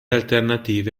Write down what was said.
alternative